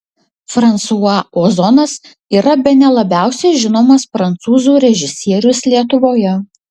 fransua ozonas yra bene labiausiai žinomas prancūzų režisierius lietuvoje